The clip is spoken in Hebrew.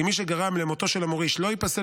כי מי שגרם למותו של המוריש לא ייפסל